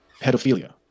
pedophilia